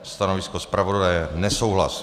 Stanovisko zpravodaje nesouhlas.